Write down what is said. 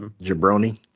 Jabroni